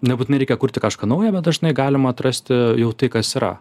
nebūtinai reikia kurti kažką nauja bet dažnai galima atrasti jau tai kas yra